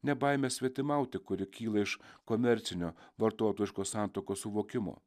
ne baime svetimauti kuri kyla iš komercinio vartotojiškos santuokos suvokimo